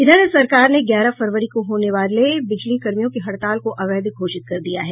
इधर सरकार ने ग्यारह फरवरी को होने वाले बिजली कर्मियों की हड़ताल को अवैध घोषित कर दिया है